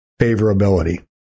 favorability